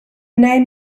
name